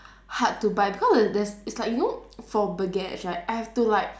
hard to bite because it's there's it's like you know for baguettes right I have to like